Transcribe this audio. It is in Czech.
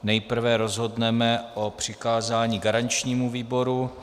Nejprve rozhodneme o přikázání garančnímu výboru.